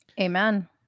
Amen